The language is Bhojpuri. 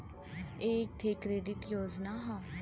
एक ठे क्रेडिट योजना हौ